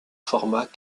format